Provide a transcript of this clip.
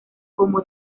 como